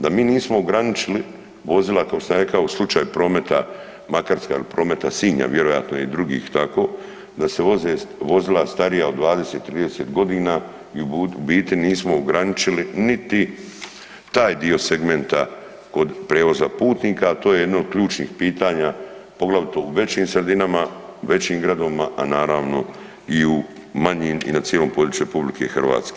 Da mi nismo ograničili vozila kao što sam rekao u slučaju Prometa Makarska ili Promet Sinj, a vjerojatno i drugih tako, da se voze vozila starija od 20, 30 godina i u biti nismo ograničili niti taj dio segmenta kod prijevoza putnika, a to je jedno od ključnih pitanja poglavito u većim sredinama, većim gradovima, a naravno i u manjim i na cijelom području RH.